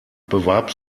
bewarb